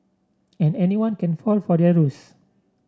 and anyone can fall for their ruse